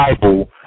Bible